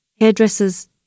Hairdressers